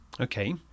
Okay